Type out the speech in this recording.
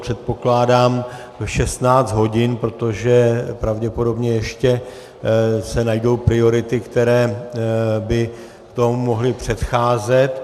Předpokládám v 16 hodin, protože pravděpodobně ještě se najdou priority, které by tomu mohly předcházet.